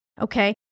Okay